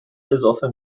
اضافه